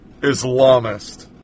Islamist